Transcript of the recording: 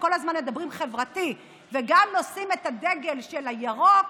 שכל הזמן מדברים חברתית וגם נושאים את הדגל של הירוק: